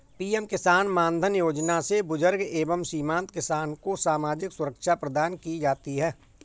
PM किसान मानधन योजना से बुजुर्ग एवं सीमांत किसान को सामाजिक सुरक्षा प्रदान की जाती है